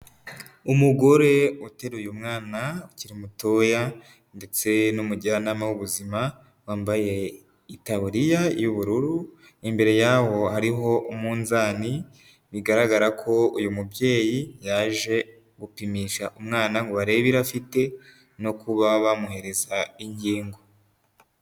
Umugore uteruye umwana ukiri mutoya ndetse n'umujyanama w'ubuzima, wambaye itaburiya y'ubururu, imbere yaho hariho umunzani, bigaragara ko uyu mubyeyi yaje gupimisha umwana ngo barebe ibiro afite no kuba bamuhereza inkingo.